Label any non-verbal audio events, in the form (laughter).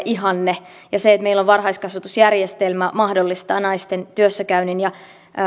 (unintelligible) ihanne ja se että meillä varhaiskasvatusjärjestelmä mahdollistaa naisten työssäkäynnin